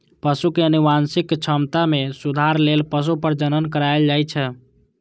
पशु के आनुवंशिक क्षमता मे सुधार लेल पशु प्रजनन कराएल जाइ छै